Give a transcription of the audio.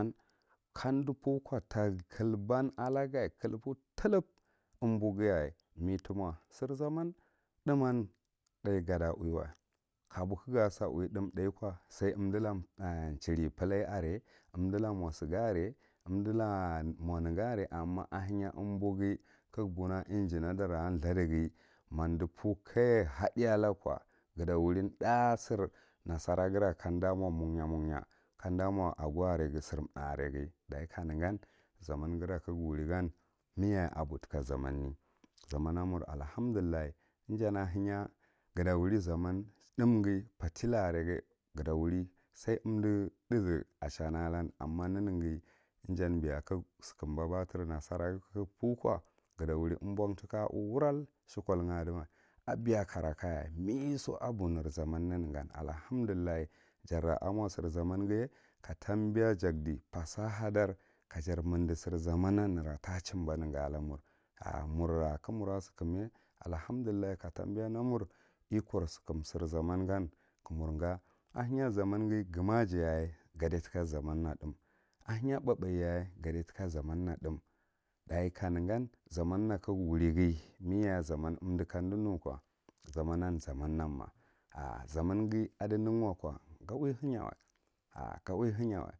Kamdu pur klo ta kulban alaga clupo tukub dage umboghi yaye me timo zir zaman, thuman tháh ga da uwiwa kabo ka ga sa uwi thúm tháh kow sai umda la chiri palay are umdi la mo siga are amma ahenye umboghi ka ga bon a enginedan na anthurdighi ma umdi puro kaja hadi algu ko ga ta wurin thá sir nasara gara kanda mo money, money kandi mo ago aheghi sir tháh areghi dachin ka negan zamanghira ka ga wuri gan meyaye aboh tika zamin ne allahamdullah zaman n amur zamn thúm fatila areghi ga ta wuri sai umdicthúwth ashana alan amma neneghi ijan beya ka ga sukumba bathu nasaraghi ka ga puro kow gata wuri umban tika aú wiral shekol aduwa abeya a ko karakayaye me so abu ne zaman nenegan allahamdullah jara amo sir zaman ghiya karmbiya jakdis parsahadar kajor mindi sir zaman nera to chimba negi ala mur murra ka mura sikumye allahamdullah ka tambiya n amur iko sukum sir zaman gan ka mur ga a henya zamanghi gumajiyaye ga dai tika na thúm, pahbehyar ga dai tika nera thúm, dachi kanegan zaman na kaga wurighi me yaye zaman umdi kamdi nuko zaman zaman ana “ar” zamanghi adi nen wake gauwi henyawa ka ga uwi henyawa ar ga uwi henyawa